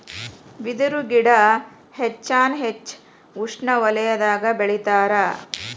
ಬಿದರು ಗಿಡಾ ಹೆಚ್ಚಾನ ಹೆಚ್ಚ ಉಷ್ಣವಲಯದಾಗ ಬೆಳಿತಾರ